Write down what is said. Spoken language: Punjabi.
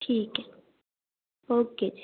ਠੀਕ ਆ ਓਕੇ ਜੀ